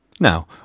Now